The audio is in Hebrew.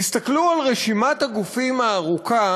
תודה לך, אדוני היושב-ראש,